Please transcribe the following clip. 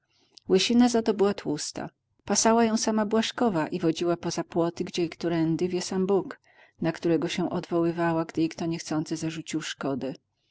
łysina zato była tłusta pasała ją sama błażkowa i wodziła poza płoty gdzie i którędy wie sam bóg na którego się odwoływała gdy jej kto niechcący zarzucił szkodę